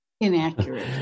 inaccurate